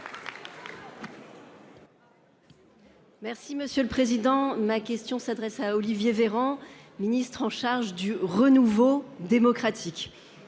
Merci monsieur le président, ma question s'adresse à Olivier Véran, ministre en charge du renouveau démocratique.